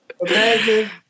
Imagine